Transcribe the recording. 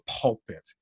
pulpit